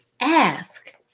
ask